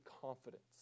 confidence